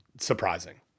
surprising